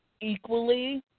equally